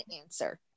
answer